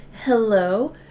Hello